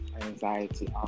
anxiety